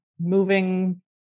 moving